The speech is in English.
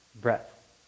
Breath